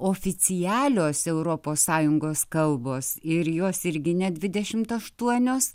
oficialios europos sąjungos kalbos ir jos irgi ne dvidešimt aštuonios